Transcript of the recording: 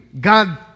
God